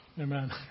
Amen